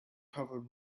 covered